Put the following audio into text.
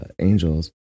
angels